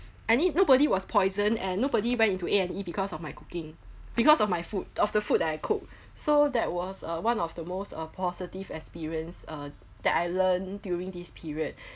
I mean nobody was poisoned and nobody went into A and E because of my cooking because of my food of the food that I cook so that was uh one of the most are positive experience uh that I learnt during this period